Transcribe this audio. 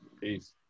Peace